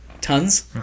Tons